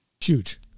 Huge